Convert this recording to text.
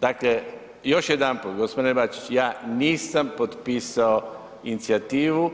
Dakle, još jedanput gospodine Bačić, ja nisam potpisao inicijativu